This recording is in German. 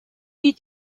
wie